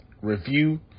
review